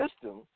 system